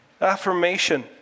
affirmation